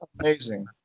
amazing